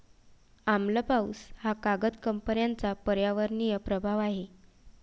आम्ल पाऊस हा कागद कंपन्यांचा पर्यावरणीय प्रभाव आहे